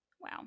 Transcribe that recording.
Wow